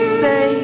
say